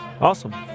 Awesome